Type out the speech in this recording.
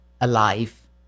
alive